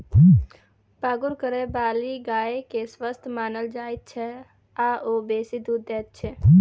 पागुर करयबाली गाय के स्वस्थ मानल जाइत छै आ ओ बेसी दूध दैत छै